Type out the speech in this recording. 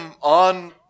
on